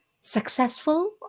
successful